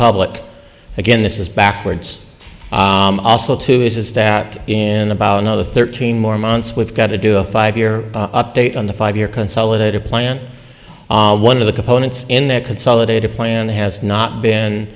public again this is backwards also too is that in about another thirteen more months we've got to do a five year update on the five year consolidated plan one of the components in the consolidated plan has not been